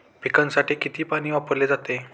पिकांसाठी किती पाणी वापरले जाते?